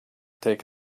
take